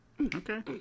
Okay